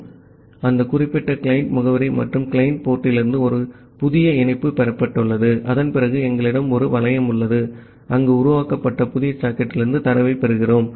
ஆகவே அந்த குறிப்பிட்ட கிளையன்ட் முகவரி மற்றும் கிளையன்ட் போர்ட்டிலிருந்து ஒரு புதிய இணைப்பு பெறப்பட்டுள்ளது அதன் பிறகு எங்களிடம் ஒரு வளையம் உள்ளது அங்கு உருவாக்கப்பட்ட புதிய சாக்கெட்டிலிருந்து தரவைப் பெறுகிறோம்